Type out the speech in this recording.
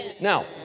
Now